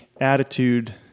attitude